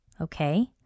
Okay